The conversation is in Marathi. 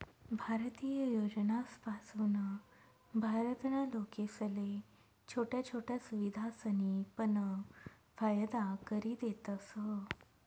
भारतीय योजनासपासून भारत ना लोकेसले छोट्या छोट्या सुविधासनी पण फायदा करि देतस